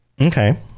Okay